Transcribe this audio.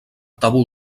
tabú